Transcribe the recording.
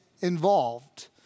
involved